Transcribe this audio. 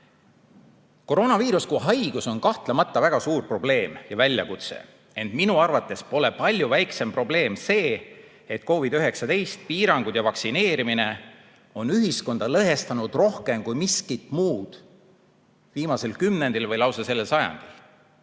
Koroonaviirus kui haigus on kahtlemata väga suur probleem ja väljakutse, ent minu arvates pole palju väiksem probleem see, et COVID-19 piirangud ja vaktsineerimine on ühiskonda lõhestanud rohkem kui miski muu viimasel kümnendil või lausa sellel sajandil,